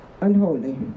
unholy